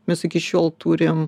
mes iki šiol turim